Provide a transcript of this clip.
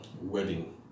wedding